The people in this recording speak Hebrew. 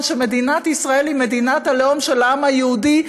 שמדינת ישראל היא מדינת הלאום של העם היהודי,